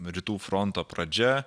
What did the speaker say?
rytų fronto pradžia